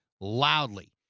loudly